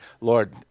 Lord